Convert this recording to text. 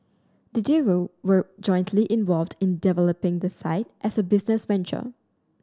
the duo were jointly involved in developing the site as a business venture